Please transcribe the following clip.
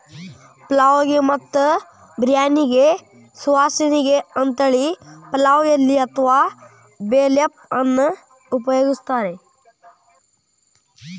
ಪಲಾವ್ ಗೆ ಮತ್ತ ಬಿರ್ಯಾನಿಗೆ ಸುವಾಸನಿಗೆ ಅಂತೇಳಿ ಪಲಾವ್ ಎಲಿ ಅತ್ವಾ ಬೇ ಲೇಫ್ ಅನ್ನ ಉಪಯೋಗಸ್ತಾರ